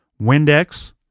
Windex